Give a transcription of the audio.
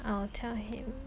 I will tell him